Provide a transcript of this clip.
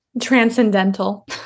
transcendental